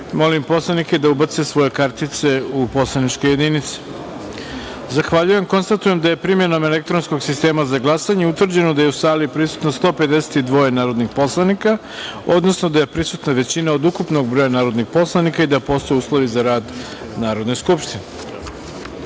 molim poslanike da ubace svoje kartice u poslaničke jedinice. Zahvaljujem. Konstatujem da je, primenom elektronskog sistema za glasanje, utvrđeno da je u sali prisutno 152 narodnih poslanika, odnosno da je prisutna većina od ukupnog broja svih narodnih poslanika i da postoje uslovi za rad Narodne skupštine. Saglasno